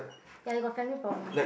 ya he got family problems